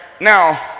now